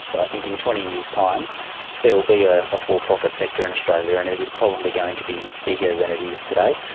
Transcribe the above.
i think in twenty years' time there will be a ah for-profit sector in australia and it it is probably going to be bigger than it is today.